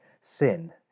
sin